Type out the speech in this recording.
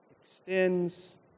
extends